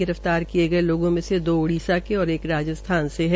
गिरफ्तार किये गये लोगों में से दो उड़ीसा और एक राजस्थान से है